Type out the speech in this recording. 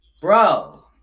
Bro